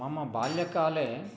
मम बाल्यकाले